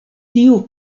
tiu